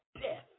death